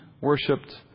worshipped